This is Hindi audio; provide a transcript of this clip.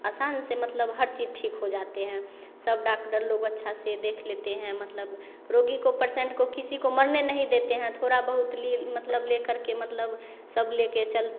आसान से मतलब हर चीज़ ठीक हो जाते हैं सब डाक्टर लोग अच्छा से देख लेते हैं मतलब रोगी को परसेंट को किसी को मरने नहीं देते हैं थोड़ा बहुत ली मतलब लेकर के मतलब सब लेके चल